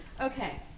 Okay